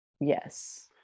Yes